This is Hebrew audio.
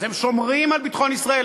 אז הם שומרים על ביטחון ישראל,